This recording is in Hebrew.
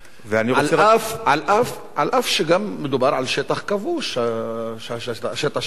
אף שגם מדובר על שטח כבוש, השטח של עזה.